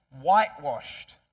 whitewashed